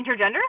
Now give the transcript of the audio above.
Intergender